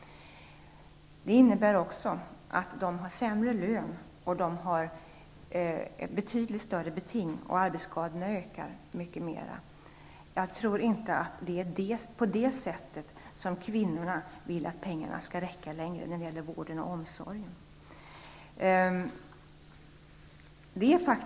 Det innebär också sämre lön, betydligt större arbetsbeting och ett större antal arbetsskador. Jag tror inte att det är på det sättet som kvinnorna vill att pengarna skall räcka längre inom vården och omsorgen.